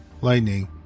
Lightning